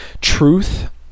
truth